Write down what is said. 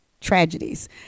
tragedies